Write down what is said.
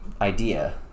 idea